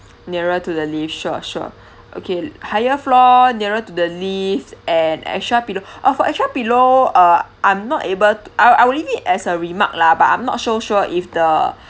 nearer to the lift sure sure okay higher floor nearer to the lift and extra pillow oh for extra pillow uh I'm not able t~ I I will leave it as a remark lah but I'm not so sure if the